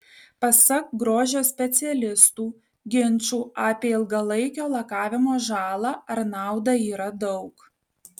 pasak grožio specialistų ginčų apie ilgalaikio lakavimo žalą ar naudą yra daug